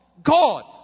God